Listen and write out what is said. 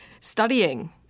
studying